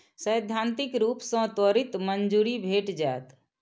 सैद्धांतिक रूप सं त्वरित मंजूरी भेट जायत